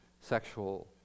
sexual